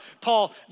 Paul